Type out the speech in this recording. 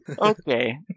Okay